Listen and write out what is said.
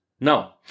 no